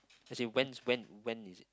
as in when when when is it